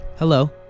Hello